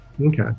Okay